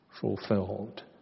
fulfilled